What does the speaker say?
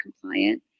compliant